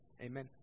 Amen